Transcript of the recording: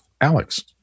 Alex